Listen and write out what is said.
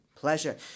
pleasure